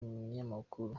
umunyamakuru